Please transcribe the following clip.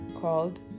called